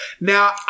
Now